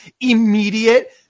immediate